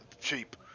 cheap